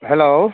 hello